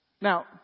now